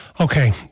Okay